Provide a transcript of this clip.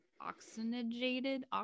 oxygenated